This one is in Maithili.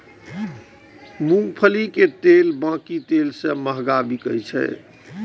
मूंगफली के तेल बाकी तेल सं महग बिकाय छै